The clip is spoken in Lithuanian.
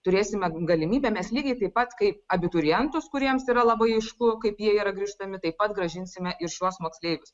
turėsime galimybę mes lygiai taip pat kaip abiturientus kuriems yra labai aišku kaip jie yra grįžtami taip pat grąžinsime ir šiuos moksleivius